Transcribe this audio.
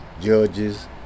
judges